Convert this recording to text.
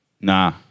Nah